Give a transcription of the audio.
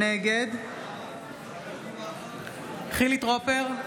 נגד חילי טרופר,